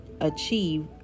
achieve